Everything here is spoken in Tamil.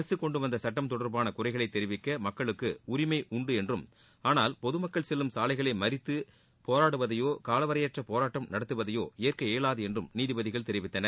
அரசு கொண்டுவந்த சுட்டம் தொடர்பான குறைகளை தெரிவிக்க மக்களுக்கு உரிமை உண்டு என்றும் ஆனால் பொதமக்கள் செல்லும் சாலைகளை மறித்து போராடுவதையோ காலவரையற்ற போராட்டம் நடத்துவதையோ ஏற்க இயலாது என்று நீதிபதிகள் தெரிவித்தனர்